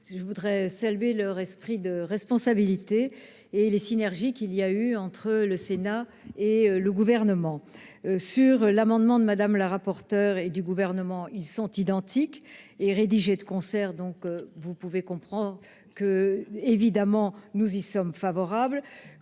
je voudrais saluer leur esprit de responsabilité et les synergies qu'il y a eu entre le Sénat et le gouvernement sur l'amendement de Madame la rapporteure et du gouvernement, ils sont identiques et rédigé de concert, donc vous pouvez comprend que, évidemment, nous y sommes favorables